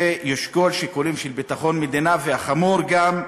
וישקול שיקולים של ביטחון מדינה, והחמור גם,